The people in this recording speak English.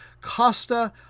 Costa